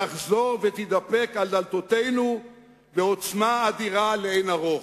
תחזור ותתדפק על דלתותינו בעוצמה אדירה לאין ערוך.